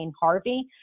Harvey